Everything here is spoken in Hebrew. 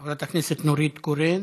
חברת הכנסת נורית קורן,